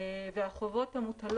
או במקרה